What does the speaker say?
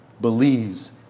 believes